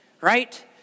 Right